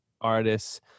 artists